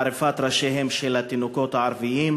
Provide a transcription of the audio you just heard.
עריפת ראשיהם של התינוקות הערבים